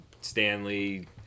Stanley